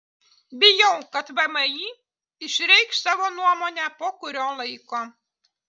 bijau kad vmi išreikš savo nuomonę po kurio laiko